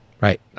Right